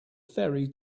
ferry